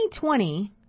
2020